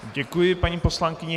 Děkuji, paní poslankyně.